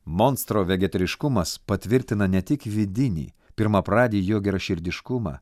monstro vegetariškumas patvirtina ne tik vidinį pirmapradį jo geraširdiškumą